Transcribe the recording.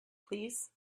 please